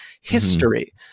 history